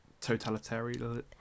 totalitarian